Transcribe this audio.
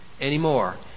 anymore